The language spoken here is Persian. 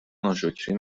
ناشکری